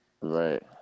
right